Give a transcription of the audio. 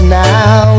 now